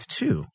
two